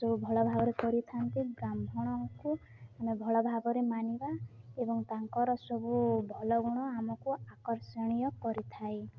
ସବୁ ଭଲ ଭାବରେ କରିଥାନ୍ତି ବ୍ରାହ୍ମଣଙ୍କୁ ଆମେ ଭଲ ଭାବରେ ମାନିବା ଏବଂ ତାଙ୍କର ସବୁ ଭଲ ଗୁଣ ଆମକୁ ଆକର୍ଷଣୀୟ କରିଥାଏ